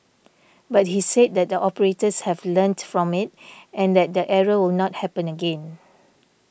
but he said that the operators have learnt from it and that the error will not happen again